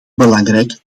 belangrijk